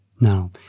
Now